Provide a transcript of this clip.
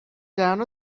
down